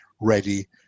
ready